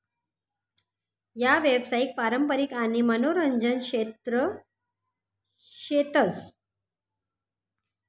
यावसायिक, पारंपारिक आणि मनोरंजन क्षेत्र शेतस